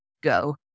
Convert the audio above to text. go